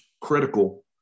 critical